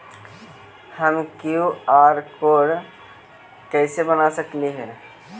हम QR code कैसे बना सकली ही?